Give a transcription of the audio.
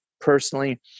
personally